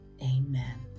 Amen